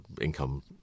income